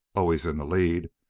always in the lead,